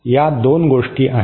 या 2 गोष्टी आहेत